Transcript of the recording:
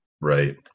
right